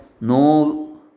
no